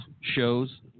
shows